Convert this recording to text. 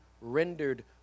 rendered